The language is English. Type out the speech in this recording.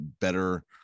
better